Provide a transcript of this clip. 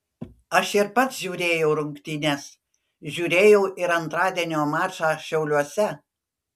aš ir pats žiūrėjau rungtynes žiūrėjau ir antradienio mačą šiauliuose